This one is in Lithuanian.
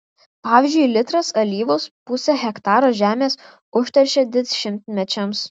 pavyzdžiui litras alyvos pusę hektaro žemės užteršia dešimtmečiams